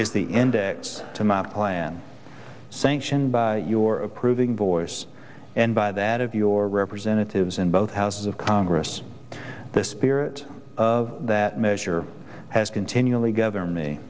is the index to my plan sanctioned by your approving voice and by that of your representatives in both houses of congress the spirit of that measure has continually governor me